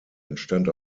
entstand